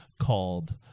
called